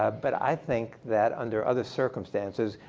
ah but i think that under other circumstances,